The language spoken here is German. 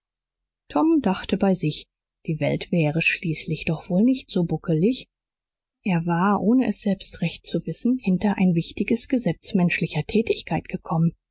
tom dachte bei sich die welt wäre schließlich doch wohl nicht so buckelig er war ohne es selbst recht zu wissen hinter ein wichtiges gesetz menschlicher tätigkeit gekommen